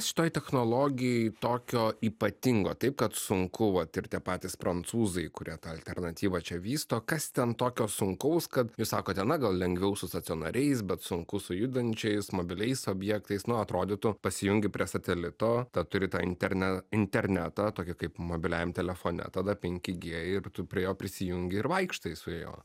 šitoj technologij tokio ypatingo taip kad sunku vat ir tie patys prancūzai kurie tą alternatyvą čia vysto kas ten tokio sunkaus kad jūs sakote na gal lengviau su stacionariais bet sunku su judančiais mobiliais objektais na atrodytų pasijungi prie satelito tą turi tą interne internetą tokį kaip mobiliajam telefone tada penki g ir tu prie jo prisijungi ir vaikštai su juo